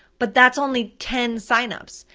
but that's only ten sign-ups.